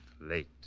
late